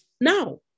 Now